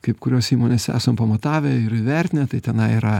kaip kuriose įmonėse esam pamatavę ir įvertinę tai tenai yra